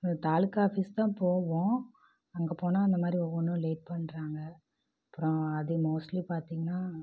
இது தாலுக்கா ஆஃபீஸ் தான் போவோம் அங்கே போனால் அந்தமாதிரி ஒவ்வொன்றும் லேட் பண்ணுறாங்க அப்புறம் அதே மோஸ்ட்லீ பார்த்தீங்கன்னா